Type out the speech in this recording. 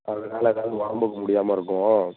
அதனால் ஏதாவது உடம்புக்கு முடியாமல் இருக்கும்